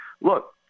look